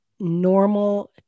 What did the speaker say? Normal